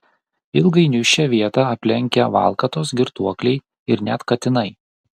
ilgainiui šią vietą aplenkia valkatos girtuokliai ir net katinai